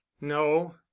no